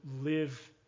live